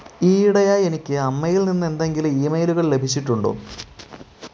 ഈയിടെയായി എനിക്ക് അമ്മയിൽ നിന്ന് എന്തെങ്കിലും ഈമെയിലുകൾ ലഭിച്ചിട്ടുണ്ടോ